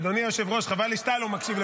אדוני היושב-ראש, חבל לי שאתה לא מקשיב.